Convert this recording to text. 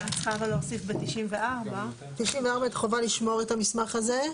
94 חובה לשמור את המסמך הזה.